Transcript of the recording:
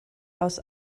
aus